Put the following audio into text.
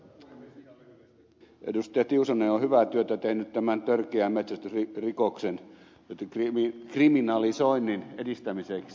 tiusanen on tehnyt hyvää työtä tämän törkeän metsästysrikoksen kriminalisoinnin edistämiseksi